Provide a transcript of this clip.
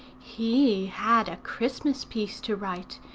he had a christmas piece to write,